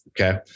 Okay